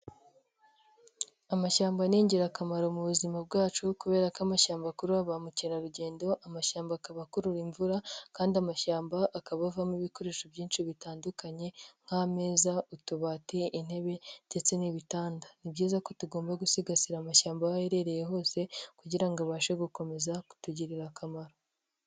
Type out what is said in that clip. Amashyamba ni ingirakamaro mu buzima bwacu kubera ko amashyamba akurura ba mukerarugendo, amashyamba akaba akurura imvura, kandi amashyamba akaba avamo ibikoresho byinshi bitandukanye nk'ameza, utubati, intebe ndetse n'ibitanda, ni byiza ko tugomba gusigasira amashyamba aho aherereye hose kugirango abashe gukomeza kutugirira akamaro.